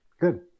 Good